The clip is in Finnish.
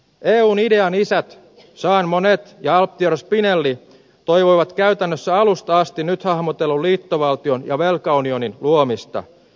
eun idean isät jean monnet ja altiero spinelli toivoivat käytännössä alusta asti nyt hahmotellun liittovaltion ja velkaunionin luomista